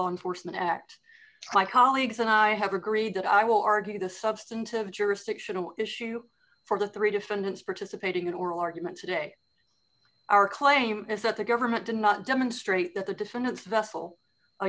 law enforcement act my colleagues and i have agreed that i will argue the substantive jurisdictional issue for the three defendants participating in oral arguments today our claim is that the government did not demonstrate that the defendant vessel